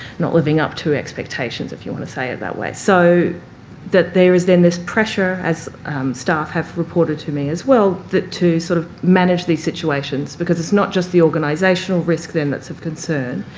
not living up to expectations, if you want to say it that way. so that there is then this pressure as staff have reported to me as well, that to sort of manage these situations, because it's not just the organisational risk then that's of concern,